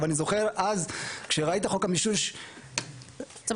אבל